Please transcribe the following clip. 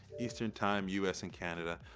eastern time, us and canada.